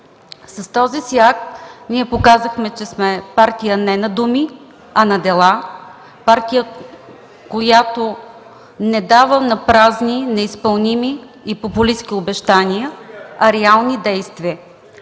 С този си акт ние показахме, че сме партия не на думи, а на дела, партия, която не дава напразни, неизпълними и популистки обещания, а реални действия.